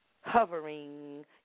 hovering